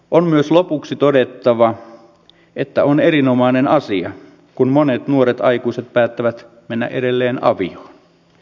on myös lopuksi todettava että on erinomainen asia kun monet nuoret aikuiset päättävät mennä edelleen avioon